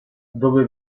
dove